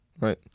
Right